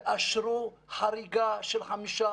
תאשרו חריגה של 5%,